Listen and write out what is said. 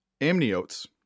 amniotes